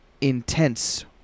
intense